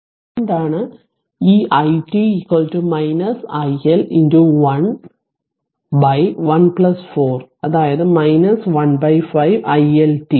അതിനാൽ അതുകൊണ്ടാണ് ഈ i t i L 11 4 അതായത് 15 i L t